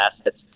assets